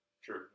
Sure